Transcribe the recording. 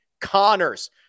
connors